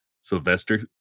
Sylvester